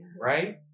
right